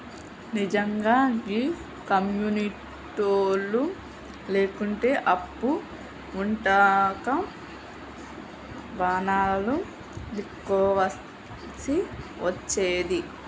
నిజ్జంగా గీ కమ్యునిటోళ్లు లేకుంటే అప్పు వుట్టక పానాలు దీస్కోవల్సి వచ్చేది